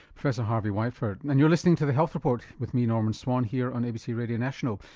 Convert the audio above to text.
professor harvey whiteford. and you're listening to the health report with me norman swan here on abc radio national.